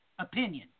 opinion